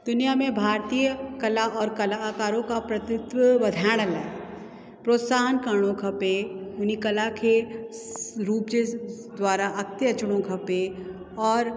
दुनिया में भारतीय कला और कलाकारो का प्रतित्व वधायण लाइ प्रोत्साहन करिणो खपे हुन कला खे रूप जे द्वारा अॻिते अचिणो खपे और